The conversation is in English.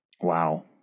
Wow